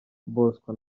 bosco